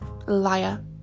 liar